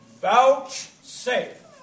vouchsafe